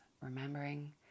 remembering